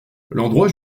l’endroit